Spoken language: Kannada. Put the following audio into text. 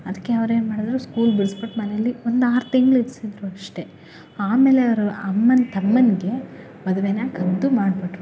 ಅದಕ್ಕೆ ಅವ್ರೇನ್ಮಾಡಿದ್ರು ಸ್ಕೂಲ್ ಬಿಡ್ಸ್ಬಿಟ್ಟು ಮನೆಯಲ್ಲಿ ಒಂದು ಆರು ತಿಂಗ್ಳು ಇರಿಸಿದ್ರು ಅಷ್ಟೇ ಆಮೇಲೆ ಅವ್ರು ಅಮ್ಮನ ತಮ್ಮನಿಗೆ ಮದುವೆನ ಕದ್ದು ಮಾಡಿಬಿಟ್ರು